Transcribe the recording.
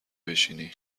بشینی